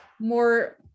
more